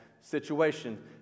situation